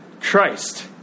Christ